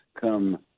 Come